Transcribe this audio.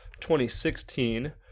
2016